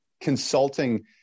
consulting